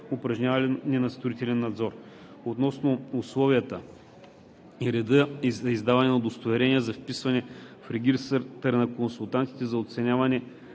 упражняване на строителен надзор. Относно условията и реда за издаване на удостоверение за вписване в регистъра на консултантите за оценяване